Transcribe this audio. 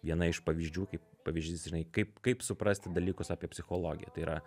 viena iš pavyzdžių kaip pavyzdys žinai kaip kaip suprasti dalykus apie psichologiją tai yra